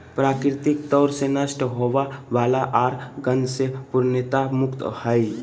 प्राकृतिक तौर से नष्ट होवय वला आर गंध से पूर्णतया मुक्त हइ